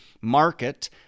market